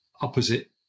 opposite